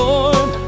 Lord